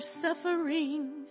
suffering